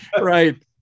Right